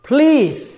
Please